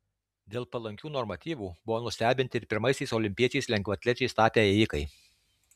dėl palankių normatyvų buvo nustebinti ir pirmaisiais olimpiečiais lengvaatlečiais tapę ėjikai